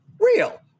real